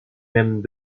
même